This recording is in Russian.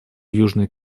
южной